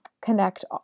connect